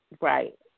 Right